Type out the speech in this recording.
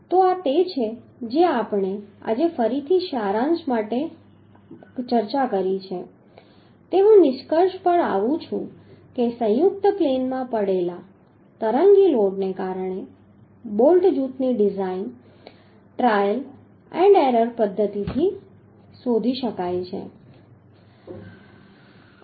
તો આ તે છે જે આપણે આજે ફરીથી સારાંશ આપવા માટે ચર્ચા કરી છે તે હું નિષ્કર્ષ પર આવું છું કે સંયુક્ત પ્લેનમાં પડેલા તરંગી લોડને કારણે બોલ્ટ જૂથની ડિઝાઇન ટ્રાયલ અને એરર પદ્ધતિ દ્વારા કરી શકાય છે